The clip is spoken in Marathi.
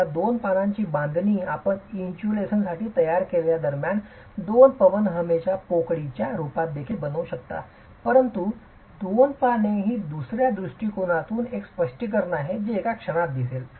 या दोन पानांची बांधणी आपण इन्सुलेशनसाठी तयार केलेल्या दरम्यान दोन पवन हवेच्या पोकळीच्या रूपात देखील बनवू शकता परंतु दोन पाने ही दुसर्या दृष्टीकोनातून एक स्पष्टीकरण आहे जी एका क्षणात दिसेल